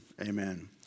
Amen